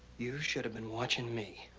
you should have been watching me?